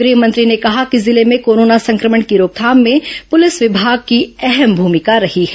गृहमंत्री ने कहा कि जिले में कोरोना संक्रमण की रोकथाम में पुलिस विभाग की अहम भूमिका रही है